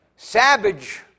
savage